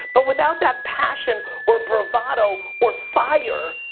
but without that passion, or bravado, or fire,